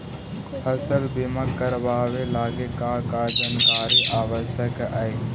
फसल बीमा करावे लगी का का जानकारी आवश्यक हइ?